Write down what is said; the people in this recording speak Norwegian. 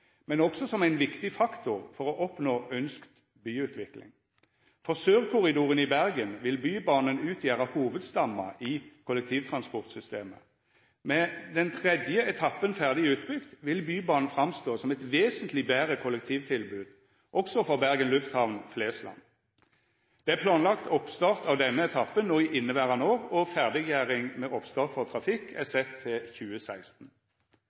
men også som ein viktig faktor for å oppnå ønskt byutvikling. For sørkorridoren i Bergen vil Bybanen utgjera hovudstamma i kollektivtransportsystemet. Med den tredje etappen ferdig utbygd vil Bybanen framstå som eit vesentleg betre kollektivtilbod også for Bergen lufthamn, Flesland. Det er planlagt oppstart på denne etappen no i inneverande år, og ferdiggjering med oppstart for trafikk er sett til 2016.